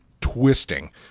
twisting